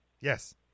Yes